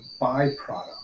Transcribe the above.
byproduct